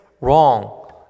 wrong